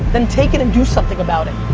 then take it and do something about it.